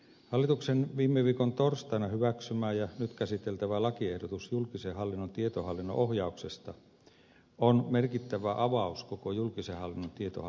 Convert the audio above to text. hallituksen viime viikon torstaina hyväksymä ja nyt käsiteltävä lakiehdotus julkisen hallinnon tietohallinnon ohjauksesta on merkittävä avaus koko julkisen hallinnon tietohallinnon kehittämisessä